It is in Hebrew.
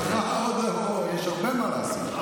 יש הרבה מה לעשות,